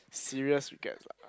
serious regrets lah